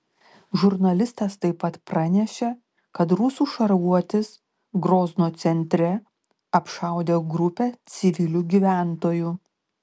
žurnalistas taip pat pranešė kad rusų šarvuotis grozno centre apšaudė grupę civilių gyventojų